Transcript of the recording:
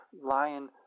lion